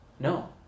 No